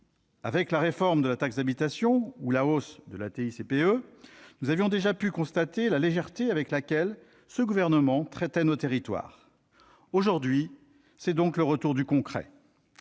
Avec la réforme de la taxe d'habitation ou la hausse de la TICPE, nous avions déjà pu constater la légèreté avec laquelle ce gouvernement traitait nos territoires. Aujourd'hui, c'est donc le retour du concret